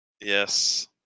Yes